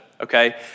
okay